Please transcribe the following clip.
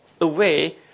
away